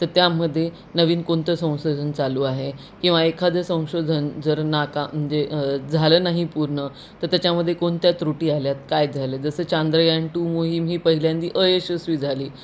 तर त्यामध्ये नवीन कोणतं संशोधन चालू आहे किंवा एखादं संशोधन जर नाका म्हणजे झालं नाही पूर्ण तर त्याच्यामध्ये कोणत्या त्रुटी आल्या आहेत काय झालं जसं चांद्रयान टू मोहीम ही पहिल्यांदा अयशस्वी झाली